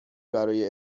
برای